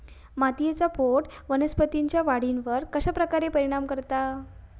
मातीएचा पोत वनस्पतींएच्या वाढीवर कश्या प्रकारे परिणाम करता?